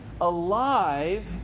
alive